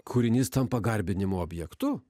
kūrinys tampa garbinimo objektu